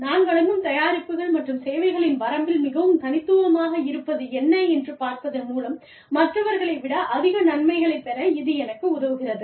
நான் வழங்கும் தயாரிப்புகள் மற்றும் சேவைகளின் வரம்பில் மிகவும் தனித்துவமாக இருப்பது என்ன என்று பார்ப்பதன் மூலம் மற்றவர்களை விட அதிக நன்மைகளைப் பெற இது எனக்கு உதவுகிறது